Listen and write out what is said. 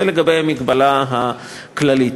זה לגבי המגבלה הכללית.